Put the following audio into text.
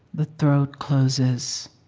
the throat closes.